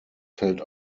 fällt